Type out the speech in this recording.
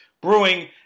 Brewing